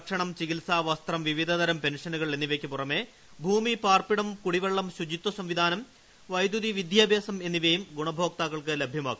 ഭക്ഷണം ചികിൽസ വസ്ത്രം വിവിധ തരം പെൻഷനുകൾ എന്നിവയ്ക്ക് പുറമെ ഭൂമി പാർപ്പിടം കുടിവെള്ളം ശുചിത്വസംവിധാനം വൈദ്യുതി വിദ്യാഭ്യാസം എന്നിവയും ഗുണഭോക്താക്കൾക്ക് ലഭ്യമാവും